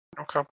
Okay